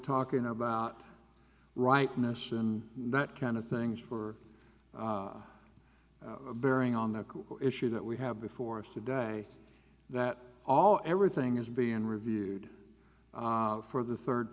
talking about rightness and that kind of things for bearing on the issue that we have before us today that all everything is being reviewed for the third